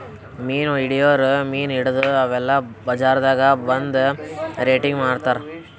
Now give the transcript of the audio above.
ಮೀನ್ ಹಿಡಿಯೋರ್ ಮೀನ್ ಹಿಡದು ಅವೆಲ್ಲ ಬಜಾರ್ದಾಗ್ ಒಂದ್ ರೇಟಿಗಿ ಮಾರ್ತಾರ್